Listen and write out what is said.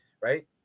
right